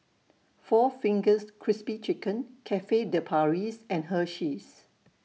four Fingers Crispy Chicken Cafe De Paris and Hersheys